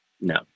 No